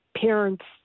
parents